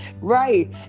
Right